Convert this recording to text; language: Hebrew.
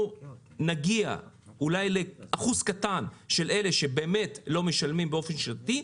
אנחנו נגיע אולי לאחוז קטן של אלה שבאמת לא משלמים באופן שיטתי,